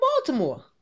Baltimore